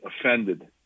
offended